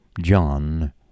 John